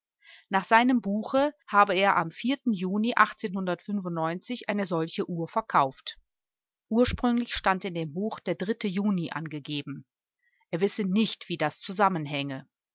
nach seinem buche habe er am juni eine solche uhr verkauft ursprünglich stand in dem buch der juni angegeben er wisse nicht wie das zusammenhänge